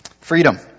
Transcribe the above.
Freedom